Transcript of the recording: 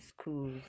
schools